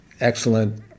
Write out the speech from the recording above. excellent